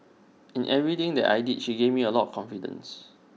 in everything that I did she gave me A lot of confidence